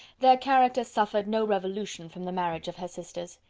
their characters suffered no revolution from the marriage of her sisters.